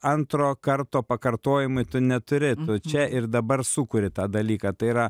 antro karto pakartojimui tu neturi čia ir dabar sukuri tą dalyką tai yra